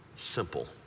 simple